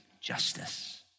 justice